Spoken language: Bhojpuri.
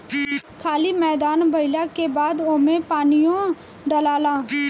खाली मैदान भइला के बाद ओमे पानीओ डलाला